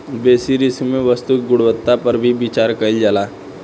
बेसि रिस्क में वस्तु के गुणवत्ता पर भी विचार कईल जाला